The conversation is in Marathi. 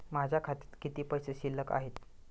माझ्या खात्यात किती पैसे शिल्लक आहेत?